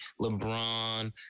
LeBron